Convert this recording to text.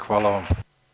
Hvala vam.